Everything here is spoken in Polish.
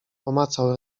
pomacał